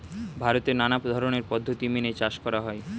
ভারতে নানা ধরনের পদ্ধতি মেনে চাষ করা হয়